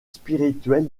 spirituel